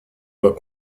doit